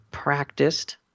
Practiced